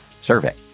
survey